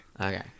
okay